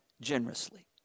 generously